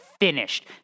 finished